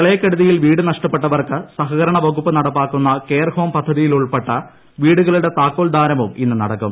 പ്രളയക്കെടുതിയിൽ വീട് നഷ്ടപ്പെട്ടവർക്ക് സഹകരണ വകുപ്പ് നടപ്പാക്കുന്ന കെയർ ഹോം പദ്ധതിയിലുൾപ്പെട്ട വീടുകളുടെ താക്കോൽദാനവും ഇന്ന് നടക്കും